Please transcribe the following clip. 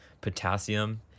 potassium